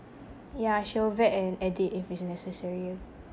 yeah she will vet and edit if it's necessary